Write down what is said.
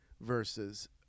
versus